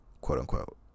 quote-unquote